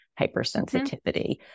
hypersensitivity